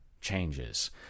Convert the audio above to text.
changes